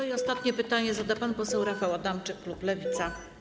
I ostatnie pytanie zada pan poseł Rafał Adamczyk, klub Lewica.